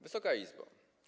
Wysoka Izbo!